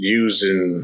using